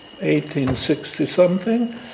1860-something